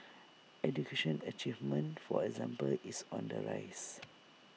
education achievement for example is on the rise